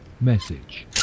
message